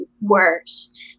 worse